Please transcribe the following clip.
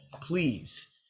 please